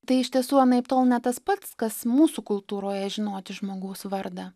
tai iš tiesų anaiptol ne tas pats kas mūsų kultūroje žinoti žmogaus vardą